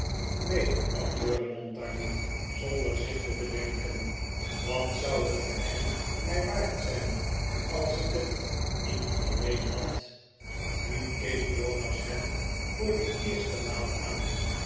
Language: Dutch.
neen antwoprd de montague zonder zich te bedenken wat zou het geheim mij waard zijn als ik het niet alleen had nu keek jonas hem voor de eerste maal aan